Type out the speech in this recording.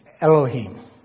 Elohim